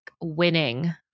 winning